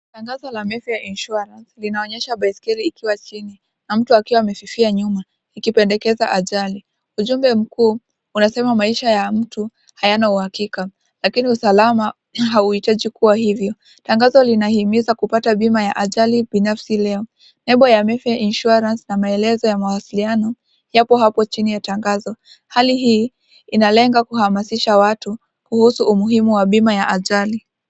Tangazo la Mayfair Insurance linaonyesha baiskeli ikiwa chini na mtu akiwa amefifia nyuma, ikipendekeza ajali. Ujumbe mkuu unasema maisha ya mtu hayana uhakika, lakini usalama hauhitaji kuwa hivyo. Tangazo linahimiza kupata bima ya ajali binafsi leo. Lebo ya Mayfair Insurance na maelezo ya mawasiliano yapo hapo chini ya tangazo. Hali hii inalenga kuhamasisha watu kuhusu umuhimu wa bima ya ajali.